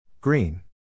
Green